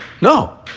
No